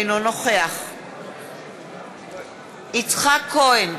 אינו נוכח יצחק כהן,